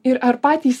ir ar patys